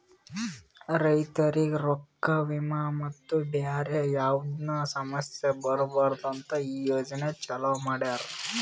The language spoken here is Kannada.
ರೈತುರಿಗ್ ರೊಕ್ಕಾ, ವಿಮಾ ಮತ್ತ ಬ್ಯಾರೆ ಯಾವದ್ನು ಸಮಸ್ಯ ಬರಬಾರದು ಅಂತ್ ಈ ಯೋಜನೆ ಚಾಲೂ ಮಾಡ್ಯಾರ್